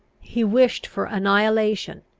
he wished for annihilation,